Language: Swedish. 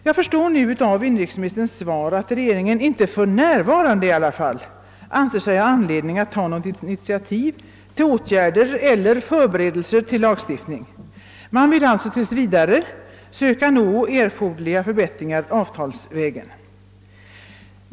Jag förstår nu av inrikesministerns svar att regeringen i varje fall inte för närvarande anser sig ha anledning att ta något initiativ till åtgärder eller förberedelser till lagstiftning. Man vill alltså tills vidare söka nå erforderliga förbättringar avtalsvägen.